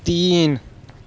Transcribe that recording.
तीन